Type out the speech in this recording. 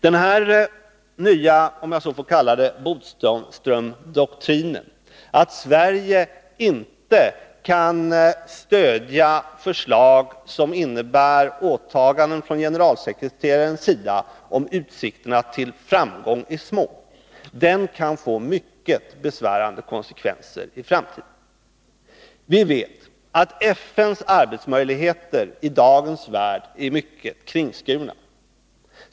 Den här nya Bodströmdoktrinen, om jag får kalla den så, att Sverige inte kan stödja förslag som innebär åtaganden från generalsekreterarens sida om utsikterna till framgång är små, kan få mycket besvärande konsekvenser i framtiden. Vi vet att FN:s arbetsmöjligheter i dagens värld är mycket kringskurna.